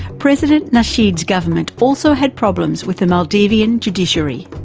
president nasheed's government also had problems with the maldivian judiciary.